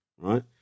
right